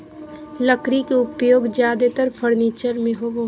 लकड़ी के उपयोग ज्यादेतर फर्नीचर में होबो हइ